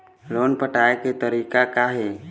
Loan पटाए के तारीख़ का हे?